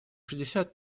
шестьдесят